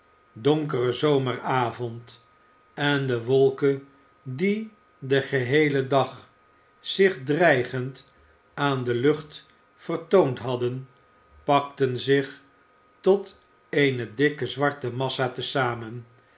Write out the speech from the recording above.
donkere zomeravond en de wolken die den geheelen dag zich dreigend aan de lucht vertoond hadden pakten zich tot eene dikke zwarte massa te zamen